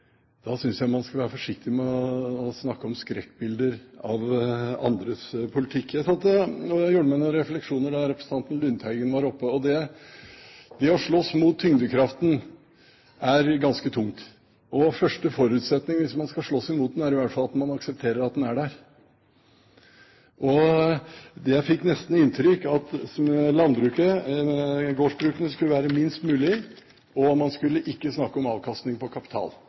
Da synes jeg man skal være forsiktig med å snakke om skrekkbilder når det gjelder andres politikk. Jeg satt og gjorde meg noen refleksjoner da representanten Lundteigen var på talerstolen. Å slåss mot tyngdekraften er ganske tungt. Første forutsetning hvis man skal slåss mot den, er i alle fall å akseptere at den er der. Jeg fikk nesten inntrykk av at gårdsbrukene skulle være minst mulig, og man skulle ikke snakke om avkastning på kapital.